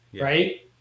right